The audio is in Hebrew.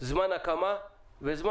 זה לתכלל את כל הבעיות שהם דיברו עליהם ואנחנו